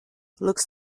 looks